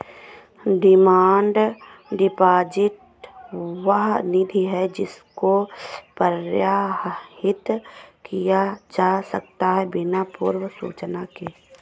demand deposit वह निधि है जिसको प्रत्याहृत किया जा सकता है बिना पूर्व सूचना के